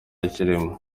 kirimo